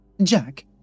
Jack